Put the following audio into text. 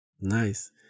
Nice